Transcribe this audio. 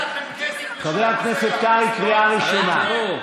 קריאה ראשונה.